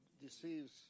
Deceives